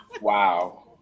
Wow